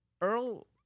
Earl